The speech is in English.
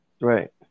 Right